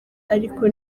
ariko